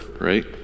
right